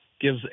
gives